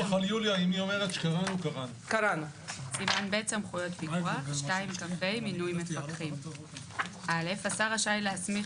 מינוי מפקחים 2כה. השר רשאי להסמיך,